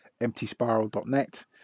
EmptySpiral.net